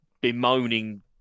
bemoaning